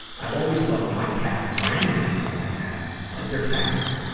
i've always lived my cats or any animal i've had like they're family.